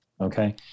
okay